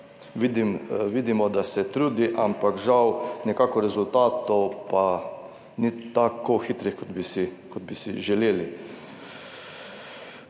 vidimo, da se trudi, ampak žal nekako rezultatov pa ni tako hitrih kot bi si, kot bi